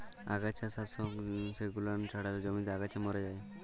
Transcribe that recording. আগাছা লাশক জেগুলান ছড়ালে জমিতে আগাছা ম্যরে যায়